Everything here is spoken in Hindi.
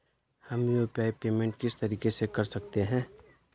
हम यु.पी.आई पेमेंट किस तरीके से कर सकते हैं?